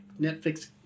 Netflix